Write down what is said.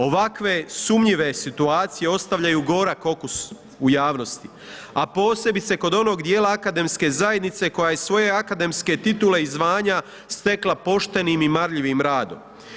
Ovakve sumnjive situacije ostavljaju gorak okus u javnosti a posebice kod onog djela akademske zajednice koja je svoje akademske titule i zvanja stekla poštenim i marljivim radom.